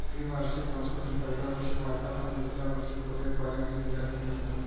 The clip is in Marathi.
द्विवार्षिक वनस्पती पहिल्या वर्षी वाढतात आणि दुसऱ्या वर्षी फुले, फळे आणि बिया देऊन मरतात